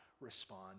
respond